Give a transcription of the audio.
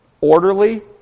Orderly